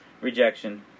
Rejection